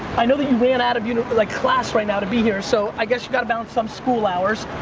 i know that you ran out of, you know but like, class right now to be here, so i guess you gotta balance some school hours.